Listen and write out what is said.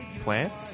Plants